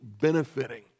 benefiting